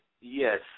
yes